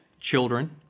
children